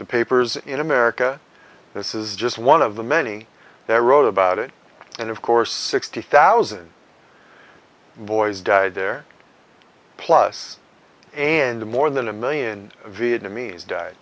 the papers in america this is just one of the many there wrote about it and of course sixty thousand boys died there plus and more than a million vietnamese died